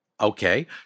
okay